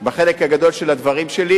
בחלק הגדול של הדברים שלי,